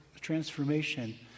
transformation